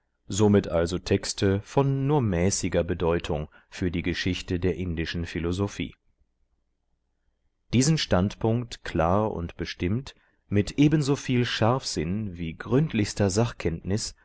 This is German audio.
somit also texte von nur mäßiger bedeutung für die geschichte der indischen philosophie diesen standpunkt klar und bestimmt mit ebenso viel scharfsinn wie gründlichster sachkenntnis